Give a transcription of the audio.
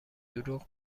دروغ